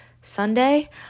Sunday